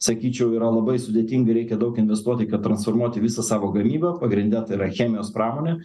sakyčiau yra labai sudėtinga ir reikia daug investuoti kad transformuoti visą savo gamybą pagrinde tai yra chemijos pramonė